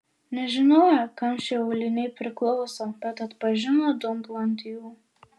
nežinojo kam šie auliniai priklauso bet atpažino dumblą ant jų